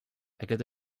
aquest